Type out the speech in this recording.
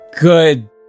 good